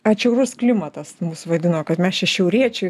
atšiaurus klimatas mus vadino kad mes čia šiauriečiai